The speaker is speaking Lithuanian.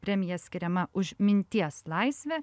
premija skiriama už minties laisvę